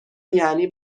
یعنی